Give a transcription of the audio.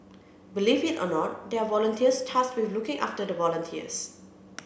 believe it or not there are volunteers tasked with looking after the volunteers